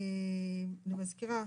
אני מזכירה,